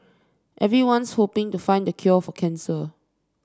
everyone's hoping to find the cure for cancer